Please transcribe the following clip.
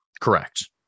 Correct